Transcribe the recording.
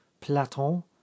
Platon